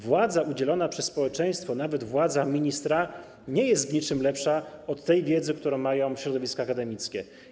Władza udzielona przez społeczeństwo - nawet władza ministra - nie jest w niczym lepsza od wiedzy, którą mają środowiska akademickie.